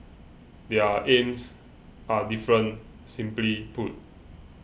their aims are different simply put